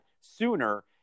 sooner